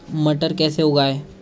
मटर कैसे उगाएं?